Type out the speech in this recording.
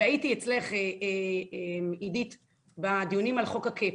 והייתי אצלך עידית בדיונים על חוק הקאפ,